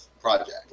project